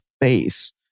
face